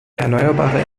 erneuerbare